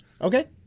Okay